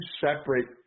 separate